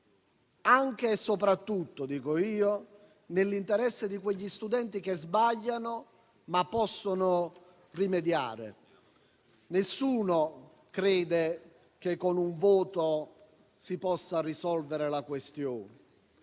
anche e soprattutto - a mio parere - nell'interesse degli studenti che sbagliano, ma possono rimediare. Nessuno crede che con un voto si possa risolvere la questione.